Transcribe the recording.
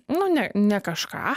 nu ne ne kažką